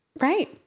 right